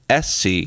SC